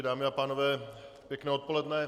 Dámy a pánové, pěkné odpoledne.